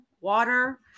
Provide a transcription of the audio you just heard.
water